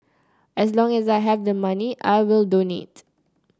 as long as I have the money I will donate